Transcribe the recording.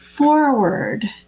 Forward